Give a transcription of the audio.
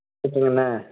ரைட்டுங்கண்ணா